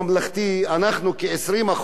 כ-20% מהאוכלוסייה,